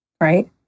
Right